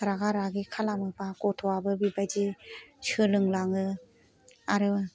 रागा रागि खालामोबा गथ'वाबो बेबादि सोलोंलाङो आरो